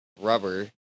Rubber